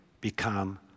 become